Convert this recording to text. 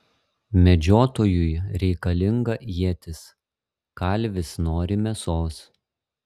medžiotojui reikalinga ietis kalvis nori mėsos